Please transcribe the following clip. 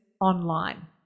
online